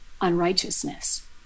unrighteousness